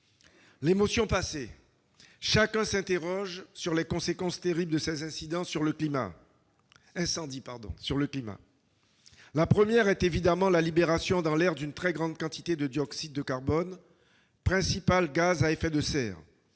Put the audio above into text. L'émotion passée, chacun s'interroge sur les conséquences terribles de ces incendies sur le climat. La première est évidemment la libération dans l'air d'une très grande quantité de dioxyde de carbone, principal gaz à effet de serre.